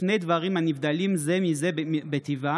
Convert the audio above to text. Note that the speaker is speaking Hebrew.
שני דברים הנבדלים זה מזה בטיבם,